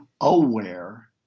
aware